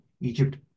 Egypt